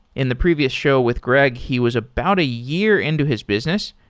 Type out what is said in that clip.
in the previous show with greg, he was about a year into his business.